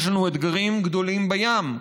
יש לנו אתגרים גדולים בים.